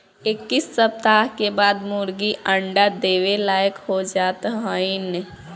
इक्कीस सप्ताह के बाद मुर्गी अंडा देवे लायक हो जात हइन